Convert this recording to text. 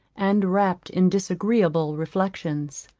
and wrapped in disagreeable reflexions.